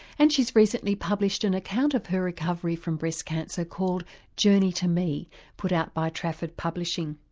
and she's recently published an account of her recovery from breast cancer called journey to me put out by trafford publishing.